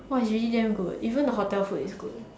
!wah! it's really dam good even the hotel food is good